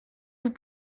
vous